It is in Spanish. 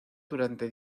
durante